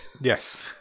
yes